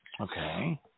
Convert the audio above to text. Okay